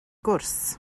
gwrs